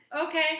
okay